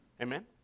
Amen